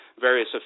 various